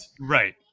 Right